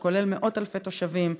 שכולל מאות אלפי תושבים,